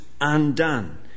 undone